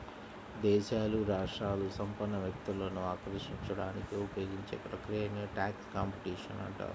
దేశాలు, రాష్ట్రాలు సంపన్న వ్యక్తులను ఆకర్షించడానికి ఉపయోగించే ప్రక్రియనే ట్యాక్స్ కాంపిటీషన్ అంటారు